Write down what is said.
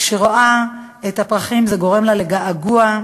כשהיא רואה את הפרחים זה גורם לה געגוע.